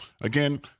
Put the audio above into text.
again